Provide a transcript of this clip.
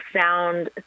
sound